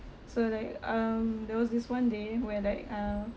so like um there was this one day where like uh